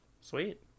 sweet